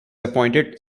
appointed